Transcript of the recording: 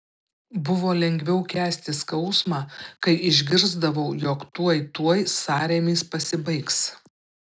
buvo lengviau kęsti skausmą kai išgirsdavau jog tuoj tuoj sąrėmis pasibaigs